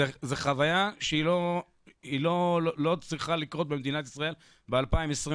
זו חוויה שהיא לא צריכה לקרות במדינת ישראל ב-2022.